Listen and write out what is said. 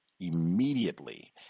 immediately